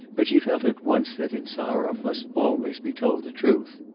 but she felt at once that insarov must always be told the truth.